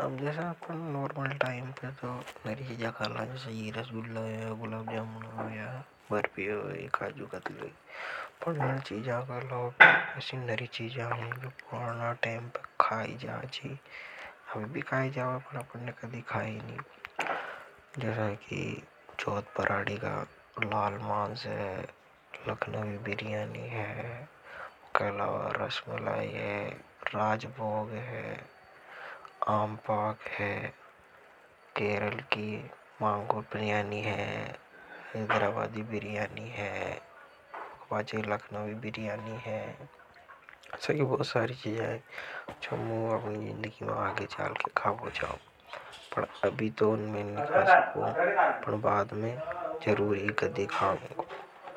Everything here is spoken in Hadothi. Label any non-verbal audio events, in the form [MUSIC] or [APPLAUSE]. अब जैसा आपने नॉर्मल टाइम पर तो नरी चीजाखाला जैसा की रस गुला या गुला जामना या। कि बर्फी काजु कतली होई। पन चीजों का लोग अच्छी नरी चीजा हूं जो पुराणा टाइम पर खाई जा छी अभी भी खाई जावे पन अपन ने कदि खाई नहीं। जैसा कि चोहत पराड़ी का लाल मांस है लखनवी बिरियानी है कहलावा रश्मलाई है राजबोग है आम पाक है। केरल की मांगोर बिरियानी है इंदराबादी बिरियानी है वाज़े लखनवी बिरियानी है अच्छा कि बहुत सारी चीजाएं। अच्छा मुझे अपनी जिंदगी में आगे चालकर खा पहुंचाओ पर। [NOISE]